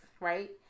right